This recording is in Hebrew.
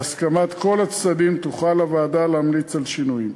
בהסכמת כל הצדדים תוכל הוועדה להמליץ על שינויים.